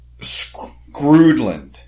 Scroodland